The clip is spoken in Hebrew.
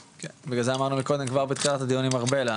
בגלל זה אמרנו מקודם כבר בתחילת הדיון עם ארבל,